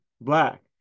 Black